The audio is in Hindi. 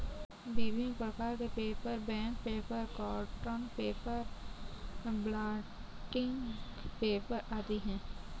विभिन्न प्रकार के paper, bank paper, cotton paper, blotting paper आदि हैं